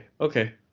okay